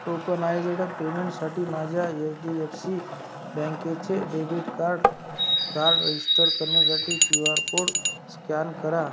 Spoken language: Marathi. टोकनाइज्ड पेमेंटसाठी माझ्या एच डी एफ सी बँकचे डेबिट कार्ड कार्ड रजीस्टर करण्यासाठी क्यू आर कोड स्कॅन करा